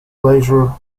leisure